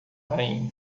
rainha